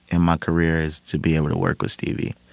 in my career is to be able to work with stevie.